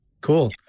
Cool